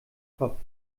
kopf